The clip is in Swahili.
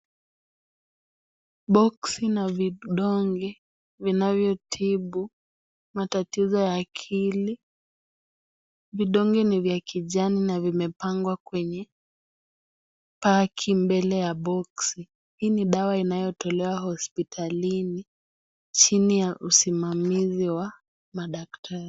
Boksi na vidonge vinavyo tibu matatizo ya akili, vidonge ni vya kijani na vimepangwa kwenye paki mbele ya boksi. Hii ni dawa inayotolewa hospitalini chini ya usimamizi wa madaktari.